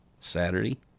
Saturday